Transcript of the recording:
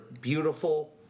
beautiful